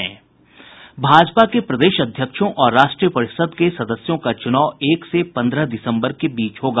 भाजपा के प्रदेश अध्यक्षों और राष्ट्रीय परिषद के सदस्यों का चुनाव एक से पन्द्रह दिसम्बर के बीच होगा